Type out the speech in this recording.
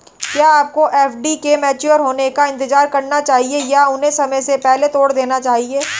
क्या आपको एफ.डी के मैच्योर होने का इंतज़ार करना चाहिए या उन्हें समय से पहले तोड़ देना चाहिए?